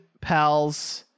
pals